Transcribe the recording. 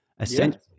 essentially